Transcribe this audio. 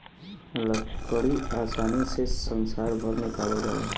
लकड़ी आसानी से संसार भर में पावाल जाला